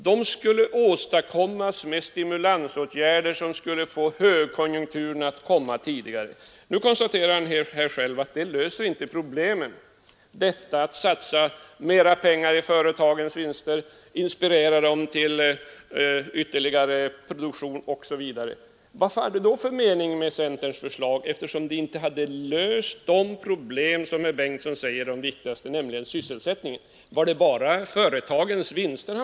De skulle åstadkommas med stimulansåtgärder som skulle få högkonjunkturen att komma tidigare. Nu har han här själv konstaterat att man inte löser problemen genom att satsa mera pengar i företagens vinster och genom att inspirera företagen till ytterligare produktion osv. Vad var det då för mening med centerns förslag? Herr Bengtson säger att det inte skulle ha löst de problem som han själv säger är de viktigaste. Var han då bara ute för att lösa problemen med företagens vinster?